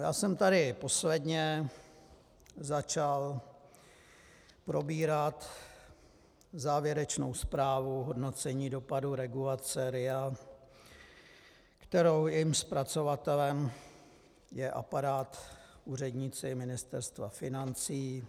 Já jsem tady posledně začal probírat závěrečnou zprávu hodnocení dopadů regulace RIA, jejímž zpracovatelem je aparát, úředníci Ministerstva financí.